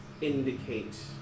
indicate